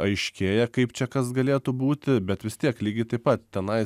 aiškėja kaip čia kas galėtų būti bet vis tiek lygiai taip pat tenai